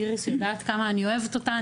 איריס יודעת כמה אני אוהבת אותה,